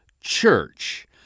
church